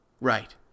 Right